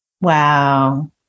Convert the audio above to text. Wow